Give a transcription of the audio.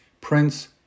Prince